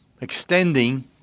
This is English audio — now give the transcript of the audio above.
extending